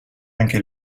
anche